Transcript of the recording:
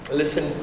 listen